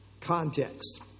context